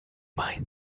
mind